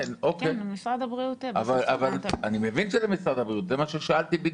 כן, זה משרד הבריאות בסוף צריך לענות.